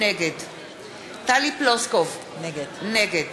נגד טלי פלוסקוב, נגד